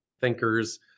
thinkers